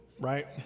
right